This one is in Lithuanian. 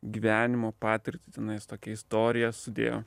gyvenimo patirtį tenais tokią istoriją sudėjo